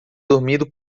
dormido